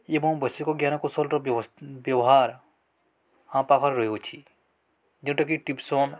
ଏବଂ ବୈଷୟିକ ଜ୍ଞାନ କୌଶଳର ବ୍ୟବହାର ଏହା ପାଖରେ ରହିଅଛି ଯେଉଁଟାକି ଟିପ୍ସନ୍